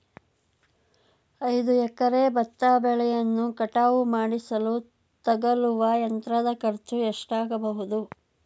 ಐದು ಎಕರೆ ಭತ್ತ ಬೆಳೆಯನ್ನು ಕಟಾವು ಮಾಡಿಸಲು ತಗಲುವ ಯಂತ್ರದ ಖರ್ಚು ಎಷ್ಟಾಗಬಹುದು?